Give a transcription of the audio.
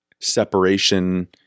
separation